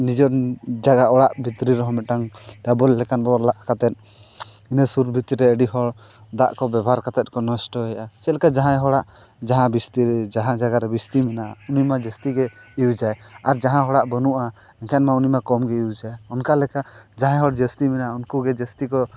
ᱱᱤᱡᱮᱨ ᱡᱟᱭᱜᱟ ᱚᱲᱟᱜ ᱵᱷᱤᱛᱨᱤ ᱨᱮᱦᱚᱸ ᱢᱤᱫᱴᱟᱝ ᱵᱚ ᱞᱟᱜ ᱠᱟᱛᱮᱫ ᱤᱱᱟᱹ ᱥᱩᱨ ᱵᱷᱤᱛᱤᱨ ᱨᱮ ᱟᱹᱰᱤ ᱦᱚᱲ ᱫᱟᱜ ᱠᱚ ᱵᱮᱵᱚᱦᱟᱨ ᱠᱟᱛᱮᱫ ᱠᱚ ᱱᱚᱥᱴᱚᱭᱮᱫᱼᱟ ᱪᱮᱫ ᱞᱮᱠᱟ ᱡᱟᱦᱟᱸᱭ ᱦᱚᱲᱟᱜ ᱡᱟᱦᱟᱸ ᱵᱤᱥᱛᱤ ᱡᱟᱦᱟᱸ ᱡᱟᱭᱜᱟ ᱨᱮ ᱵᱤᱥᱛᱤ ᱢᱮᱱᱟᱜᱼᱟ ᱩᱱᱤᱢᱟ ᱡᱟᱹᱥᱛᱤᱜᱮ ᱟᱭ ᱟᱨ ᱡᱟᱦᱟᱸ ᱦᱚᱲᱟᱜ ᱵᱟᱹᱱᱩᱜᱼᱟ ᱮᱱᱠᱷᱟᱱ ᱢᱟ ᱩᱱᱤ ᱢᱟ ᱠᱚᱢᱜᱮ ᱟᱭ ᱚᱱᱠᱟ ᱞᱮᱠᱟ ᱡᱟᱦᱟᱸᱭ ᱦᱚᱲ ᱡᱟᱹᱥᱛᱤ ᱢᱮᱱᱟᱜᱼᱟ ᱩᱱᱠᱩ ᱜᱮ ᱡᱟᱹᱥᱛᱤ ᱠᱚ